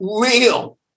real